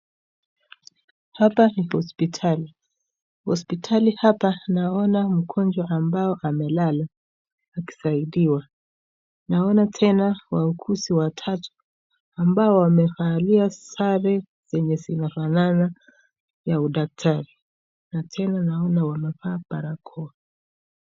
Hapa ni hospitali. Hospitali hapa naona mgonjwa ambao amelala akisaidiwa, naona tena wauguzi watatu ambao wamevalia sare zenye zinafanana ya udaktari na tena naona wanavaa barakoa.